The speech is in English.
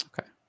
Okay